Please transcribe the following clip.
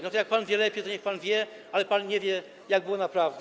No to jak pan wie lepiej, to niech pan wie, ale pan nie wie, jak było naprawdę.